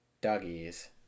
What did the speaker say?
Doggies